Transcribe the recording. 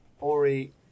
Ori